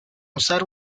usar